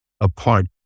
apart